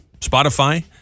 Spotify